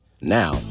Now